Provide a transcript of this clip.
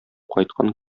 кайткан